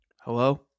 Hello